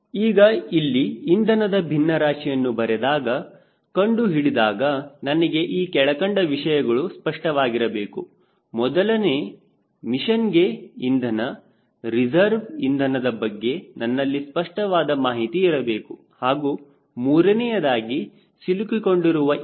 ಈಗ ಇಲ್ಲಿ ಇಂಧನದ ಭಿನ್ನರಾಶಿಯನ್ನು ಬರೆದಾಗ ಕಂಡುಹಿಡಿದಾಗ ನನಗೆ ಈ ಕೆಳಕಂಡ ವಿಷಯಗಳು ಸ್ಪಷ್ಟವಾಗಿರಬೇಕು ಮೊದಲನೇ ಮಿಷನ್ಗೆ ಇಂಧನ ರಿಸರ್ವ್ ಇಂಧನದ ಬಗ್ಗೆ ನನ್ನಲ್ಲಿ ಸ್ಪಷ್ಟವಾದ ಮಾಹಿತಿ ಇರಬೇಕು ಹಾಗೂ ಮೂರನೆಯದಾಗಿ ಸಿಲುಕಿಕೊಂಡಿರುವ ಇಂಧನ